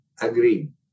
agreed